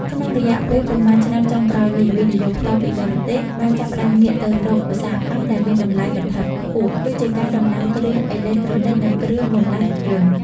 ក្នុងរយៈពេលប៉ុន្មានឆ្នាំចុងក្រោយនេះ វិនិយោគផ្ទាល់ពីបរទេស បានចាប់ផ្ដើមងាកទៅរកឧស្សាហកម្មដែលមានតម្លៃបន្ថែមខ្ពស់ ដូចជាការដំឡើងគ្រឿងអេឡិចត្រូនិក និងគ្រឿងបន្លាស់រថយន្ត។